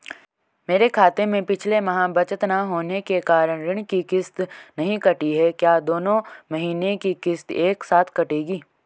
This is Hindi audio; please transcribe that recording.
मेरे खाते में पिछले माह बचत न होने के कारण ऋण की किश्त नहीं कटी है क्या दोनों महीने की किश्त एक साथ कटेगी?